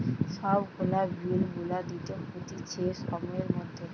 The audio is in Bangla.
সব গুলা বিল গুলা দিতে হতিছে সময়ের মধ্যে